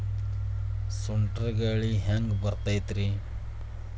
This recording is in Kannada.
ಸುಂಟರ್ ಗಾಳಿ ಹ್ಯಾಂಗ್ ಬರ್ತೈತ್ರಿ?